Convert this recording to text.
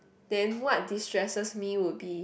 and what destresses me would be